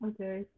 Okay